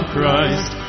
Christ